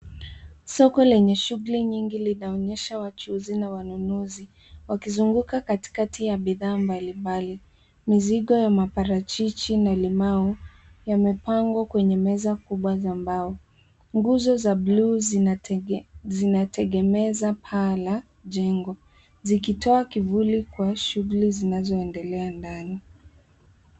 Soko lenye shuguli nyingi linaonyesha wachuuzi na wanunuzi wakizunguka katikati ya bidhaa mbalimbali. Mizigo ya maparachichi na limau yamepangwa kwenye meza kubwa za mbao. Nguzo za buluu zinategemeza paa la jengo zikitoa kivuli kwa shuguli zinazoendelea ndani.